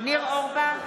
ניר אורבך,